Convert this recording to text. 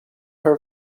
her